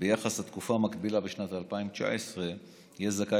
ביחס לתקופה המקבילה בשנת 2019 יהיה זכאי